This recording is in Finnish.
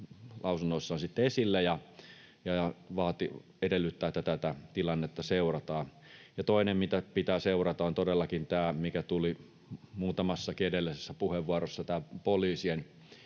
lausunnoissaan esille ja edellyttävät, että tätä tilannetta seurataan. Ja toinen, mitä pitää seurata, ovat todellakin nämä, mitkä tulivat muutamassakin edellisessä puheenvuorossa, poliisien